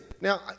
Now